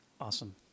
Awesome